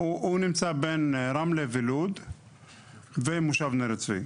הוא נמצא בין רמלה ולוד ומושב ניר צבי.